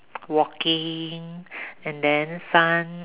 walking and then sun uh